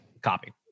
Copy